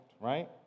right